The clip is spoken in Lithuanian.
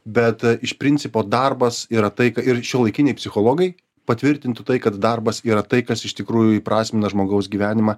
bet iš principo darbas yra tai ką ir šiuolaikiniai psichologai patvirtintų tai kad darbas yra tai kas iš tikrųjų įprasmina žmogaus gyvenimą